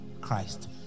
christ